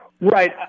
Right